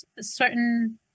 certain